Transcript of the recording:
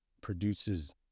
produces